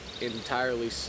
entirely